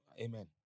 amen